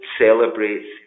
celebrates